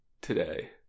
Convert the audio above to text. today